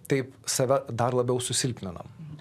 taip save dar labiau susilpninam